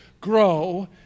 Grow